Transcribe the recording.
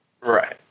Right